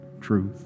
truth